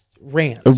rant